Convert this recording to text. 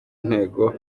ntego